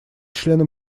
членом